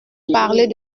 parler